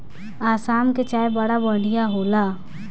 आसाम के चाय बड़ा बढ़िया होला